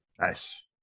Nice